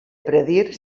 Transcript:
predir